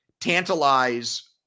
tantalize